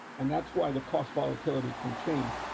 and that's why the cost volatility can change.